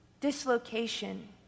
dislocation